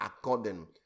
according